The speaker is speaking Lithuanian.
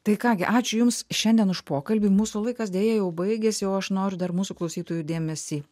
tai ką gi ačiū jums šiandien už pokalbį mūsų laikas deja jau baigėsi o aš noriu dar mūsų klausytojų dėmesį